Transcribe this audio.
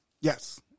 Yes